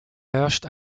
herrscht